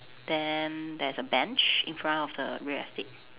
then there's a bench in front of the real estate